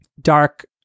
dark